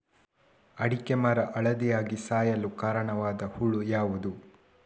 ಅಡಿಕೆ ಮರ ಹಳದಿಯಾಗಿ ಸಾಯಲು ಕಾರಣವಾದ ಹುಳು ಯಾವುದು?